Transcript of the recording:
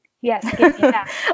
Yes